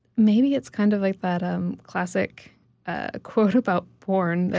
maybe it's kind of like that um classic ah quote about porn,